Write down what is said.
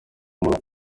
murongo